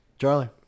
Charlie